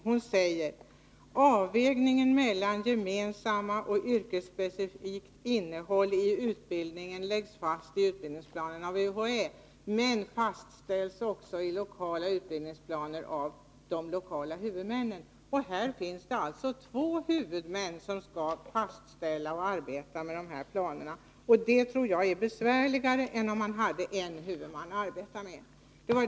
Hon säger att avvägningen mellan gemensamt och yrkesspecifikt innehåll i utbildningen läggs fast i utbildningsplanerna av UHÄ men också fastställs i lokala utbildningsplaner av de lokala huvudmännen. Det är alltså två huvudmän som skall arbeta med och fastställa dessa utbildningsplaner. Jag tror att det är besvärligare än om enbart en huvudman arbetade med detta.